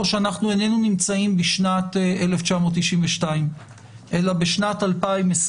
שאנחנו איננו נמצאים בשנת 1992 אלא בשנת 2021,